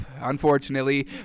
unfortunately